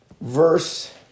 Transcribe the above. Verse